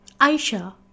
Aisha